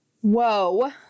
Whoa